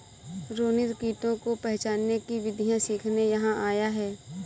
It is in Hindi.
रोनित कीटों को पहचानने की विधियाँ सीखने यहाँ आया है